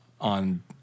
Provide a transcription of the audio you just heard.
on